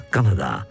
Canada